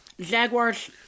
Jaguars